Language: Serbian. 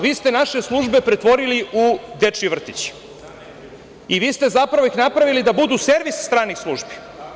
Vi ste naše službe pretvorili u dečiji vrtić i vi ste zapravo ih napravili da budu servis stranih službi.